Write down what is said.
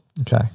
Okay